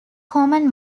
common